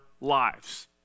lives